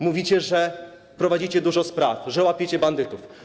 Mówicie, że prowadzicie dużo spraw, że łapiecie bandytów.